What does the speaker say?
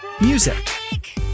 music